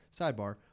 sidebar